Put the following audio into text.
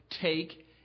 take